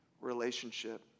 relationship